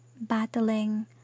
battling